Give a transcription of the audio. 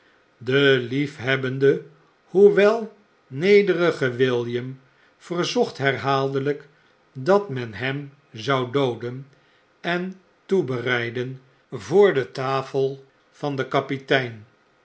de liefhebbende hoewel nederige william verzocht herhaaldelijk dat men hem zou dooden en toebereiden voor de tafel van den kapitein